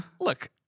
Look